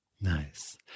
Nice